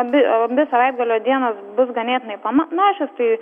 abi abi savaitgalio dienos bus ganėtinai panašios tai